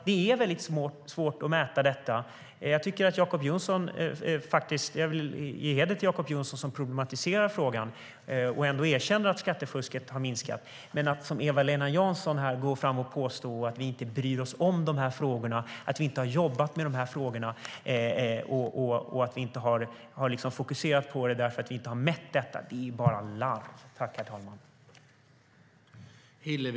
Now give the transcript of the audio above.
Det är väldigt svårt att mäta detta. Jag vill ge heder till Jacob Johnson som problematiserar frågan och ändå erkänner att skattefusket har minskat. Men att som Eva-Lena Jansson här gå fram och påstå att vi inte bryr oss om de här frågorna, inte har jobbat med dem och inte har fokuserat på det därför att vi inte har mätt detta är bara larv.